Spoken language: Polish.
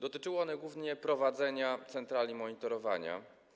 Dotyczyły one głównie prowadzenia centrali monitorowania.